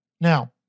Now